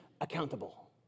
accountable